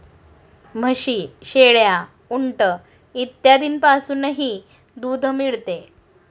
म्हशी, शेळ्या, उंट इत्यादींपासूनही दूध मिळते